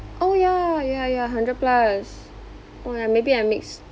oh ya ya ya hundred plus oh ya maybe I mix